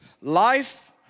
Life